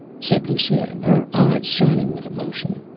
said lusine, her eyes shining with emotion.